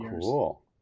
cool